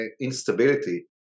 instability